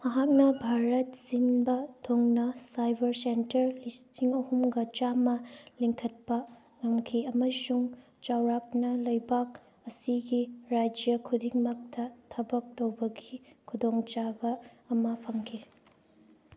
ꯃꯍꯥꯛꯅ ꯚꯥꯔꯠ ꯁꯤꯟꯕ ꯊꯨꯡꯅ ꯁꯥꯏꯕꯔ ꯁꯦꯟꯇꯔ ꯂꯤꯁꯤꯡ ꯑꯍꯨꯝꯒ ꯆꯥꯝꯃ ꯂꯤꯡꯈꯠꯄ ꯉꯝꯈꯤ ꯑꯃꯁꯨꯡ ꯆꯥꯎꯔꯥꯛꯅ ꯂꯩꯕꯥꯛ ꯑꯁꯤꯒꯤ ꯔꯥꯖ꯭ꯌ ꯈꯨꯗꯤꯡꯃꯛꯇ ꯊꯕꯛ ꯇꯧꯕꯒꯤ ꯈꯨꯗꯣꯡꯆꯥꯕ ꯑꯃ ꯐꯪꯈꯤ